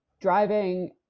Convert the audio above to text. driving